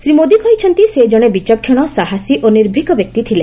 ଶ୍ରୀ ମୋଦି କହିଛନ୍ତି ସେ ଜଣେ ବିଚକ୍ଷଣ ସାହସୀ ଓ ନିର୍ଭୀକ ବ୍ୟକ୍ତି ଥିଲେ